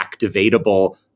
activatable